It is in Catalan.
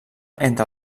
entre